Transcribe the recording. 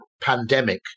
pandemic